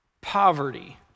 poverty